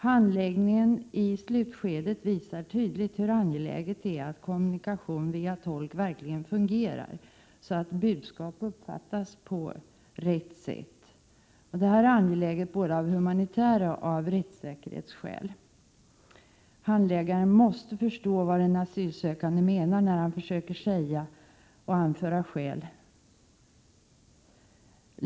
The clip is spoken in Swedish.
Handläggningen av ärendet i slutskedet visar tydligt hur angeläget det är att kommunikation via tolk verkligen fungerar, så att budskap uppfattas på rätt sätt. Det är angeläget både av humanitära skäl och av rättssäkerhetsskäl. Handläggaren måste förstå vad den asylsökande menar, då han försöker anföra sina skäl för att få stanna.